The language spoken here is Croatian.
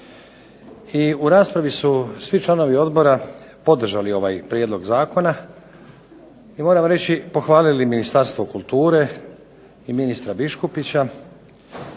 I u raspravi su svi članovi odbora podržali ovaj prijedlog zakona i moram reći pohvalili Ministarstvo kulture i ministra Biškupića